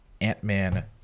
Ant-Man